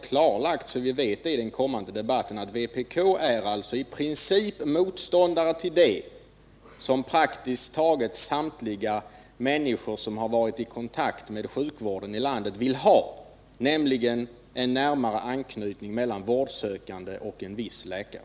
För den kommande debatten vill jag ha klarlagt om vpk principiellt är motståndare till det som praktiskt taget samtliga människor som varit i kontakt med sjukvården här i landet vill ha, nämligen en närmare anknytning mellan vårdsökande och en viss läkare.